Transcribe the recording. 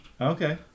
Okay